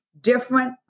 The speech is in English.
different